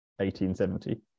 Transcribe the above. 1870